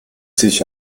sich